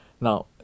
Now